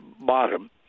bottom